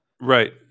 Right